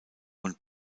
und